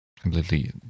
completely